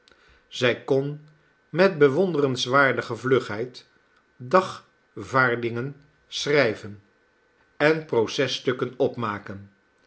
zij kon met bewonderenswaardige vlugheid dagvaardingen schrijven en processtukken opmaken